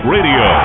Radio